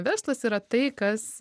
verslas yra tai kas